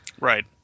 Right